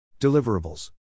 Deliverables